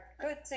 good